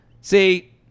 See